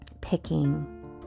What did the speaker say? picking